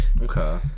Okay